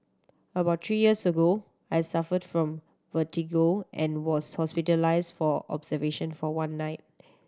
about three years ago I suffered from vertigo and was hospitalised for observation for one night